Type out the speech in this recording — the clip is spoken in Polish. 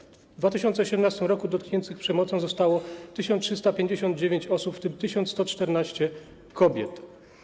W 2018 r. dotkniętych przemocą zostało 1359 osób, w tym 1114 kobiet.